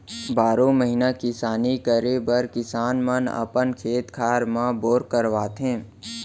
बारो महिना किसानी करे बर किसान मन अपन खेत खार म बोर करवाथे